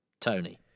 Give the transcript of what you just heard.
Tony